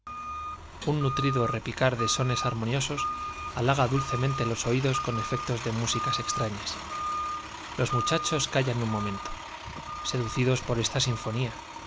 un nutrido repicar de sones armoniosos halaga dulce mente los oídos con efectos de músicas extrañas los muchachos callan un momento seducidos por esta